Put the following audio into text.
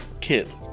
kid